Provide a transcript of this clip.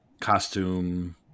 costume